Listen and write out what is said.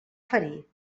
ferir